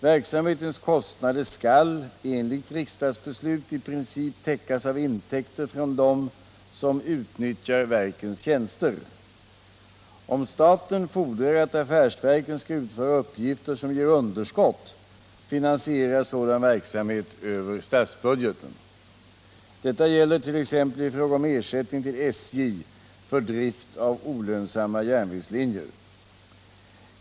Verksamhetens kostnader skall enligt riksdagsbeslut i princip täckas av intäkter från dem som utnyttjar verkens tjänster. Om staten fordrar att affärsverken skall utföra uppgifter som ger underskott, finansieras sådan verksamhet över statsbudgeten. Detta gäller t.ex. i fråga om ersättning till SJ för drift av olönsamma järnvägslinjer.